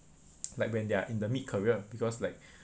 like when they're in the mid-career because like